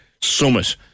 summit